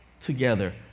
together